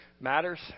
matters